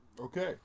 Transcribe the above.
Okay